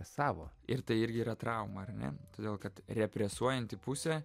savo ir tai irgi yra trauma ar ne todėl kad represuojanti pusė